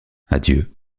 adieu